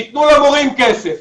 שיתנו למורים כסף.